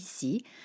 ici